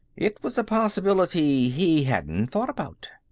it was a possibility he hadn't thought about.